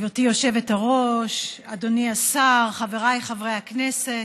גברתי היושבת-ראש, אדוני השר, חבריי חברי הכנסת,